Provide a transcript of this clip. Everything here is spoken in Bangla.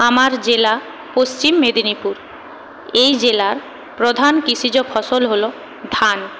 আমার জেলা পশ্চিম মেদিনীপুর এই জেলার প্রধান কৃষিজ ফসল হল ধান